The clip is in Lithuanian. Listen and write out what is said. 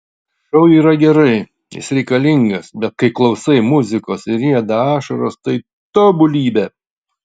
šou yra gerai jis reikalingas bet kai klausai muzikos ir rieda ašaros tai tobulybė